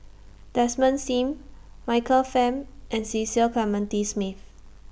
Desmond SIM Michael Fam and Cecil Clementi Smith